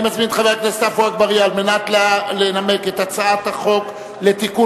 אני מזמין את חבר הכנסת עפו אגבאריה לנמק את הצעת החוק לתיקון